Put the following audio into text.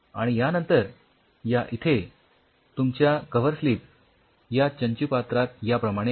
आणि यानंतर या इथे तुमच्या कव्हर स्लिप्स या चंचुपात्रात याप्रमाणे आहेत